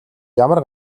ямар